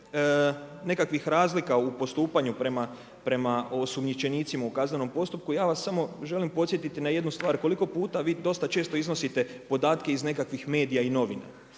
nekakvih razlika u postupanju prema osumnjičenicima u kaznenom postupku ja vas samo želim podsjetiti na jednu stvar. Koliko puta vi dosta često iznosite podatke iz nekakvih medija i novina,